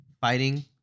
fighting